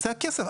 זה כסף.